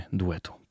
duetu